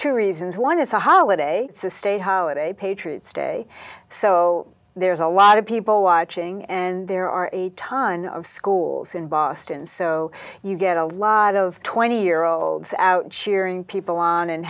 to reasons one is a holiday it's a state holiday patriots day so there's a lot of people watching and there are a ton of schools in boston so you get a lot of twenty year olds out cheering people on and